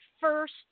first